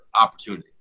opportunity